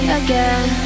again